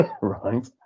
right